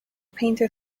painter